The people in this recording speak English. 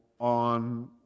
on